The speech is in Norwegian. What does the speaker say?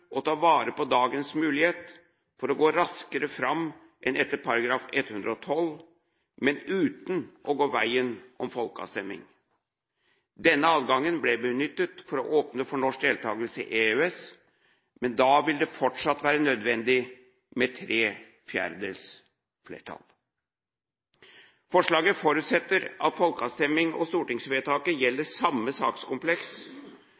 å ta vare på dagens mulighet for å gå raskere fram enn etter § 112, men uten å gå veien om folkeavstemning. Denne adgangen ble benyttet for å åpne for norsk deltakelse i EØS. Men da vil det fortsatt være nødvendig med tre fjerdedels flertall. Forslaget forutsetter at folkeavstemning og stortingsvedtaket